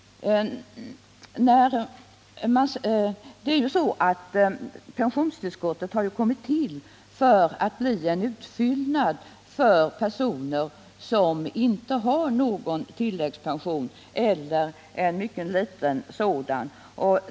Det är ju så att pensionstillskottet har tillkommit för att bli en utfyllnad för de personer som inte har tilläggspension eller bara en mycket liten sådan.